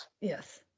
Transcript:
Yes